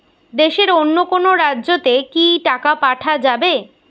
দেশের অন্য কোনো রাজ্য তে কি টাকা পাঠা যাবে?